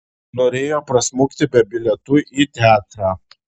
norėjo prasmukti be bilietų į teatrą